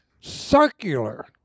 circular